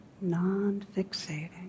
non-fixating